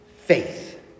faith